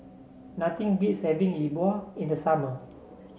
nothing beats having Yi Bua in the summer